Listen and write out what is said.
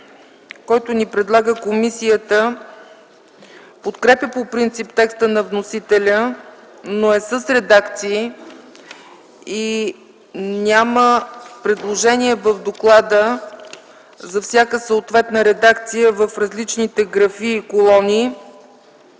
който ни предлага комисията, подкрепя по принцип текста на вносителя, но е с редакции и няма предложения в доклада за всяка съответна редакция в различните графи и колони,